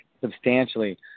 substantially